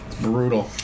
Brutal